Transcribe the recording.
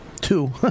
Two